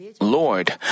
Lord